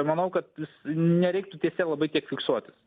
manau kad nereiktų ties ja labai tiek fiksuotis